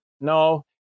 no